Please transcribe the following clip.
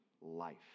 life